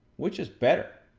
which is better?